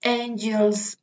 angels